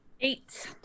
Eight